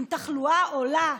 עם תחלואה עולה,